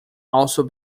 also